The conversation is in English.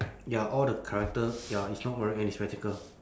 ya all the character ya is not wearing any spectacle